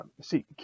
see